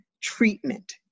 treatment